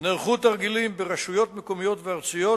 נערכו תרגילים ברשויות מקומיות וארציות,